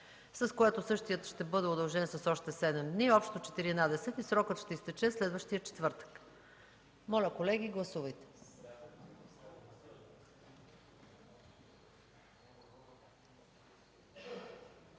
с което същият ще бъде удължен с още седем дни, общо четиринайсет, срокът ще изтече следващия четвъртък. Моля, колеги, гласувайте.